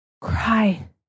cry